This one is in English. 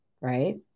Right